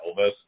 Elvis